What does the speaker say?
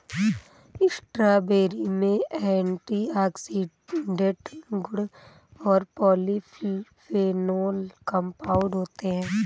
strawberry में antioxidant गुण और पॉलीफेनोल कंपाउंड होते हैं